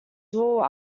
door